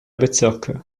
bezirke